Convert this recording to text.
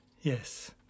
Yes